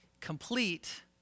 complete